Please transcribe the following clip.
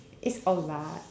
it's a lot